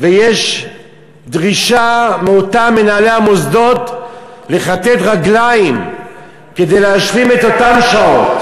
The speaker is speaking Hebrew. ויש דרישה מאותם מנהלי המוסדות לכתת רגליים כדי להשלים את אותן שעות.